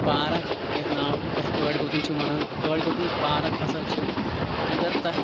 park یَتھ ناو چھُ یَتھ ٲٹگوٚدُن چھِ وَنان ٲٹگوٚدُن پارک ہَسا چھِ اگر تَتھ